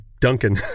Duncan